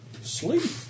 Sleep